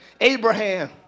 Abraham